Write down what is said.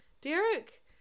Derek